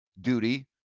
duty